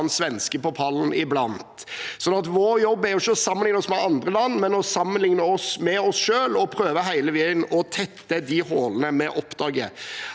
og annen svenske på pallen iblant. Så vår jobb er ikke å sammenligne oss med andre land, men å sammenligne oss med oss selv og hele veien prøve å tette de hullene vi oppdager.